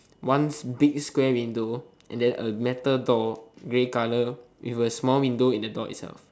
one big square window and then a metal door gray colour with a small window in the door itself